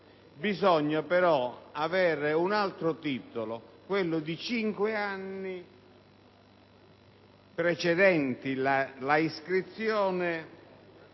bisogna avere però un altro titolo, quello di cinque anni precedenti l'iscrizione